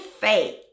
faith